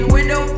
Window